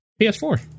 PS4